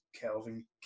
Calvin